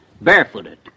Barefooted